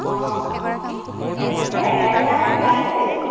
অঁ অঁ তাকেই গায়ন বায়ন গাইছেই